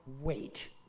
wait